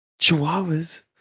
Chihuahuas